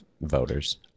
voters